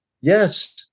Yes